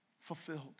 fulfilled